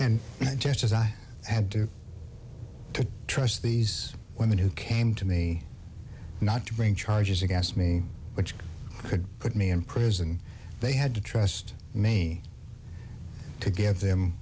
and just as i had to trust these women who came to me not to bring charges against me which could put me in prison they had to trust me to give them